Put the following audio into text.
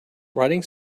writing